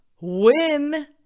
win